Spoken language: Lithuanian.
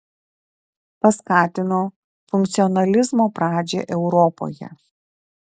paskatino funkcionalizmo pradžią europoje